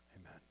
amen